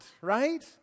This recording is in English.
right